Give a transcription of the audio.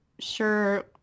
sure